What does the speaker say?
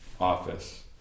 office